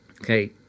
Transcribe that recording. okay